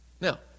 Now